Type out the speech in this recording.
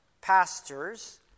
pastors